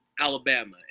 Alabama